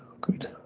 Good